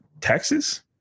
Texas